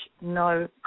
no